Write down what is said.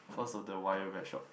cause of the wire very short